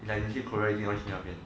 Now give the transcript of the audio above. it's like 你去 korea 你一定去那边